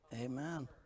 Amen